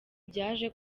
byaje